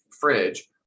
fridge